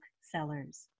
Sellers